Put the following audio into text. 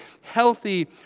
healthy